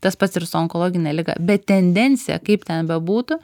tas pats ir su onkologine liga bet tendencija kaip ten bebūtų